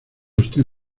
usted